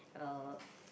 uh